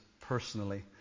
personally